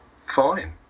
fine